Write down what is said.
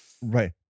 Right